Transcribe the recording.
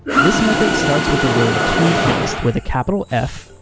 this method starts with the word tofixed with a capital f,